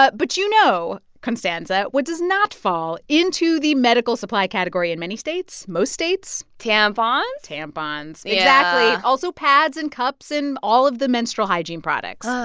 but but you know, constanza, what does not fall into the medical supply category in many states most states? tampons tampons, exactly yeah also, pads and cups and all of the menstrual hygiene products.